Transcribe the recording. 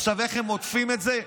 עכשיו, איך הם עוטפים את זה?